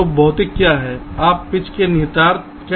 तो भौतिक क्या है आप पिच के निहितार्थ कह सकते हैं